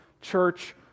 church